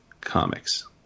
comics